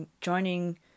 joining